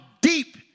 deep